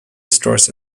stores